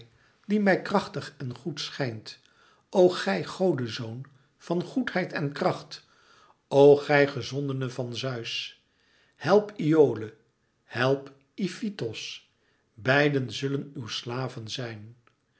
die mij krachtig en goed schijnt o gij godezoon van goedheid en kracht o gij gezondene van zeus help iole help ifitos beiden zullen uw slaven zijn